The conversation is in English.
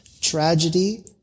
tragedy